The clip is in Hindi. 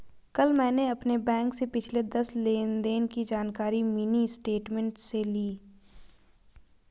कल मैंने अपने बैंक से पिछले दस लेनदेन की जानकारी मिनी स्टेटमेंट से ली